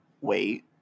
wait